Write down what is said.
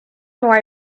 nor